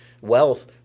wealth